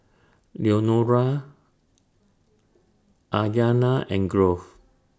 Leonora Aiyana and Grove